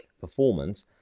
performance